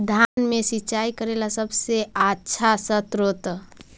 धान मे सिंचाई करे ला सबसे आछा स्त्रोत्र?